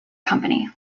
company